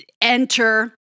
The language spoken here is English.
enter